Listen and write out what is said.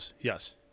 Yes